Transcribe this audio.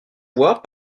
voies